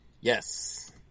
Yes